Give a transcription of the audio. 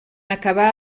acabar